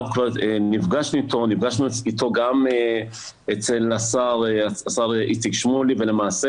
אנחנו נפגשנו איתו גם אצל השר איציק שמולי ולמעשה